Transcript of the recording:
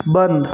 बंद